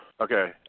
Okay